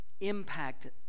impact